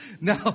No